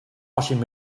washing